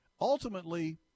Ultimately